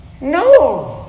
No